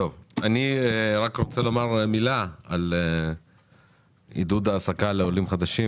אני רק רוצה לומר מילה על עידוד ההעסקה לעולים חדשים.